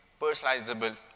personalizable